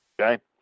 okay